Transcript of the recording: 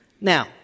Now